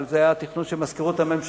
אבל זה היה התכנון של מזכירות הממשלה,